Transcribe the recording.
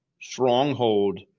stronghold